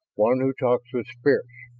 one who talks with spirits.